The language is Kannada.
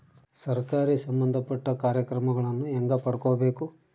ಸರಕಾರಿ ಸಂಬಂಧಪಟ್ಟ ಕಾರ್ಯಕ್ರಮಗಳನ್ನು ಹೆಂಗ ಪಡ್ಕೊಬೇಕು?